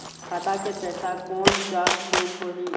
खाता के पैसा कोन जग चेक होही?